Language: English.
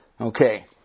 Okay